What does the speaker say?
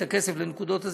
את הכסף לנקודות הזיכוי,